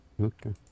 Okay